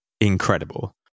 incredible